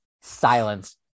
silence